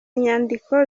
nyandiko